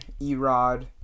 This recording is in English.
Erod